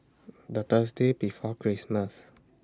The Thursday before Christmas